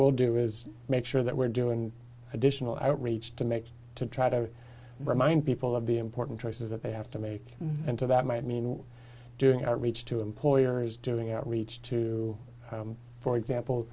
will do is make sure that we're doing additional outreach to make to try to remind people of the important choices that they have to make and to that might mean doing outreach to employers doing outreach to for example